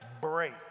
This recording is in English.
break